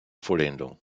vollendung